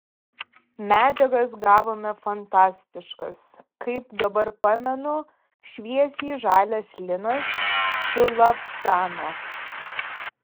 medžiagas gavome fantastiškas kaip dabar pamenu šviesiai žalias linas su lavsanu